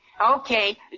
Okay